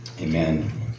Amen